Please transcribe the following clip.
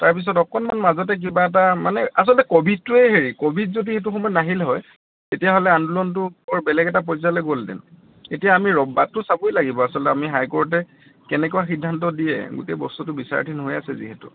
তাৰপিছত অকণমান মাজতে কিবা এটা মানে আছলতে ক'ভিডটোৱে হেৰি ক'ভিড যদি সেইটো সময়ত নাহিল হয় তেতিয়াহ'লে আন্দোলনটো বৰ বেলেগ এটা পৰ্যায়লৈ গ'লহেঁতেন এতিয়া আমি ৰ বাটতো চাবই লাগিব আছলতে আমি হাই কৰ্টে কেনেকুৱা সিদ্ধান্ত দিয়ে গোটেই বস্তুটো বিচাৰাধীন হৈ আছে যিহেতু